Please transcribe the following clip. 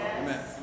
Amen